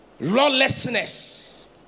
Lawlessness